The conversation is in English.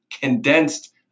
condensed